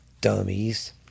dummies